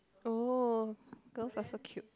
oh girls are so cute